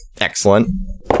Excellent